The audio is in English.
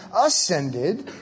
ascended